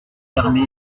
permet